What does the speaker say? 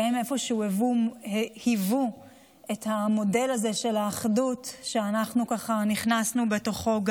והם איפשהו היוו את המודל הזה של האחדות שאנחנו נכנסנו בתוכו.